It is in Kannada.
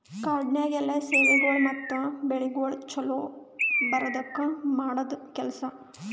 ಕಾಡನ್ಯಾಗ ಎಲ್ಲಾ ಸೇವೆಗೊಳ್ ಮತ್ತ ಬೆಳಿಗೊಳ್ ಛಲೋ ಬರದ್ಕ ಮಾಡದ್ ಕೆಲಸ